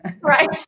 Right